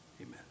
Amen